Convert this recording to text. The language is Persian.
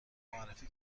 معرفی